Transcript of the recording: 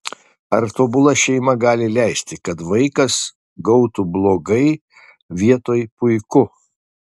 argi tobula šeima gali leisti kad vaikas gautų blogai vietoj puiku